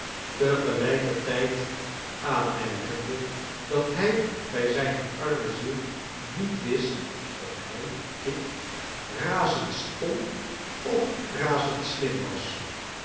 te gelijkertijd aanmerkende dat hij bij zijne arme ziel niet wist of hij kit razend stom of razend slim was